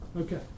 Okay